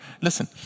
listen